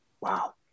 wow